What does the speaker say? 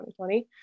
2020